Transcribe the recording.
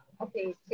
Okay